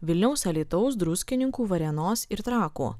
vilniaus alytaus druskininkų varėnos ir trakų